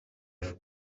have